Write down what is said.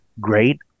great